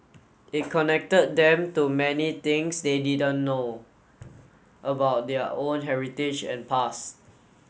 it connected them to many things they didn't know about their own heritage and pass